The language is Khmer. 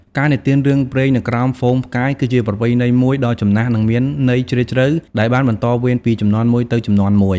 ការនិទានរឿងព្រេងនៅក្រោមហ្វូងផ្កាយ គឺជាប្រពៃណីមួយដ៏ចំណាស់ និងមានន័យជ្រាលជ្រៅ ដែលបានបន្តវេនពីជំនាន់មួយទៅជំនាន់មួយ ។